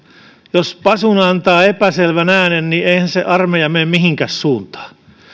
jos pasuuna antaa epäselvän äänen niin eihän se armeija mene mihinkään suuntaan